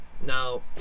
Now